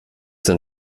denn